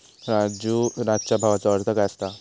राजू, आजच्या भावाचो अर्थ काय असता?